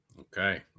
Okay